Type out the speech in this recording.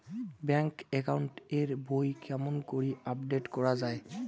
Bank account এর বই কেমন করি আপডেট করা য়ায়?